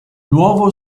nuovo